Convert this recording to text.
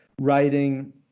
writing